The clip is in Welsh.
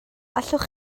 allwch